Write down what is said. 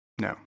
no